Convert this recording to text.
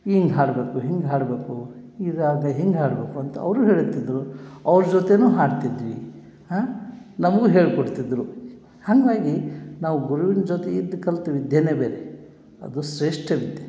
ಹಿಂಗೆ ಹಾಡಬೇಕು ಹಿಂಗೆ ಹಾಡಬೇಕು ಇದಾದ ಹಿಂಗೆ ಹಾಡಬೇಕು ಅಂತ ಅವರು ಹೇಳುತ್ತಿದ್ದರು ಅವ್ರ ಜೊತೆನು ಹಾಡ್ತಿದ್ವಿ ಹಾಂ ನಮಗೂ ಹೇಳ್ಕೊಡ್ತಿದ್ದರು ಹಾಗಾಗಿ ನಾವು ಗುರುವಿನ ಜೊತೆ ಇದು ಕಲ್ತ ವಿದ್ಯೆನೆ ಬೇರೆ ಅದು ಶ್ರೇಷ್ಠ ವಿದ್ಯೆ